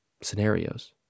scenarios